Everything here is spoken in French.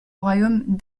royaume